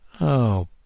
Oh